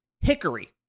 hickory